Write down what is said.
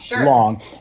long